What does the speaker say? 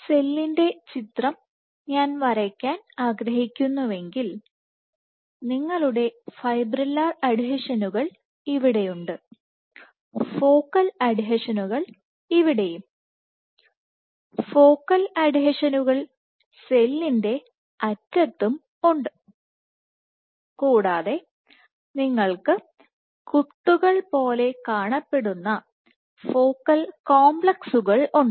സെല്ലിന്റെ ചിത്രം ഞാൻ വരയ്ക്കാൻ ആഗ്രഹിക്കുന്നുവെങ്കിൽ നിങ്ങളുടെ ഫൈബ്രില്ലർ അഡ്ഹീഷനുകൾ ഇവിടെയുണ്ട് ഫോക്കൽ അഡ്ഹീഷനുകൾ ഇവിടെയും ഫോക്കൽ അഡ്ഹീഷനുകൾ സെല്ലിന്റെ അറ്റത്തും ഉണ്ട് കൂടാതെ നിങ്ങൾക്ക് കുത്തുകൾ പോലെ കാണപ്പെടുന്ന ഫോക്കൽ കോംപ്ലക്സുകൾ ഉണ്ട്